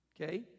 Okay